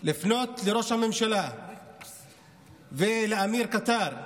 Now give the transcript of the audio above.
לראש הממשלה ולאמיר קטר,